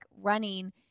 running